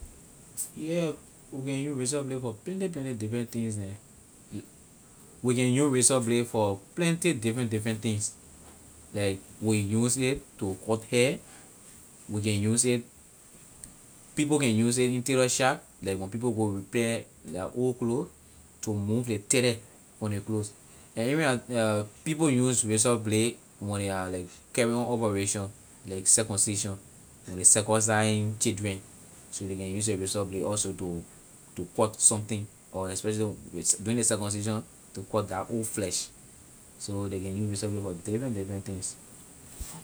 We can use razor blade for plenty plenty different things neh we can use razor blade for plenty different different things like we use it to cut hair we can use it people can use it in tailor shop like when people go repair la old clothes to move the thread from the clothes and even people use razor blade when they are like carrying on operation like circumcision when ley circumcising children so ley can use ley razor blade also to to cut something or especially during the circumcision to cut that old flesh so they can use razor blade for different different things.